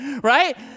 right